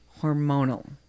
hormonal